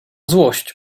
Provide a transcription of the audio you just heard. złość